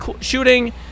shooting